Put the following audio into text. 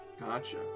Gotcha